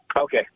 Okay